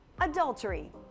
Adultery